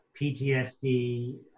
ptsd